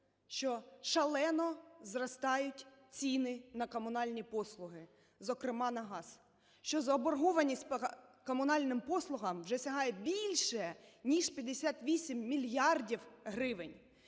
що шалено зростають ціни на комунальні послуги, зокрема на газ, що заборгованість по комунальним послугам вже сягає більше ніж 58 мільярдів гривень.